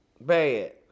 Bad